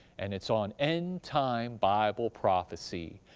and it's on end-time bible prophecy,